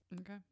Okay